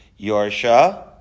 yorsha